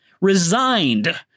resigned